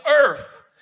earth